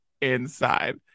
inside